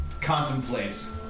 contemplates